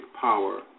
power